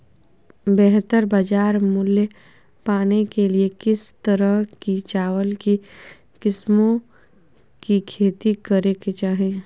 बेहतर बाजार मूल्य पाने के लिए किस तरह की चावल की किस्मों की खेती करे के चाहि?